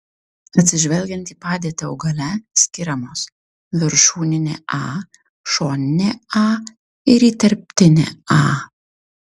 atsižvelgiant į padėtį augale skiriamos viršūninė a šoninė a ir įterptinė a